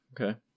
Okay